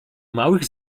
małych